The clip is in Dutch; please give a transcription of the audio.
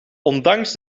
ondanks